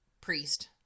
priest